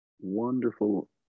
wonderful